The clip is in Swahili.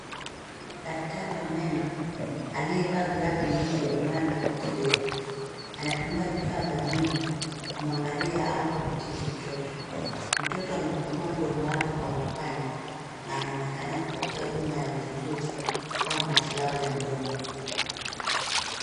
Daktari wa meno, aliyevaa glavu nyeupe, miwani na koti jeupe. Anatumia vifaa vya meno kumwangalia au kumtibu mtoto. Mtoto amefungua mdomo wake kwa mapana na anaonekana kupokea huduma ya uchunguzi au matibabu wa mdomo.